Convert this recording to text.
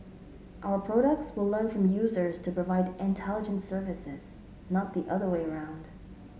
our products will learn from users to provide intelligent services not the other way around